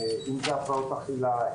אם זה הפרעות אכילה,